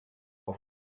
auf